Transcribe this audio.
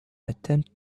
attempt